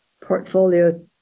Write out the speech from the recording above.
portfolio